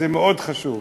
זה מאוד חשוב.